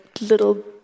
little